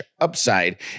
upside